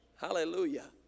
Hallelujah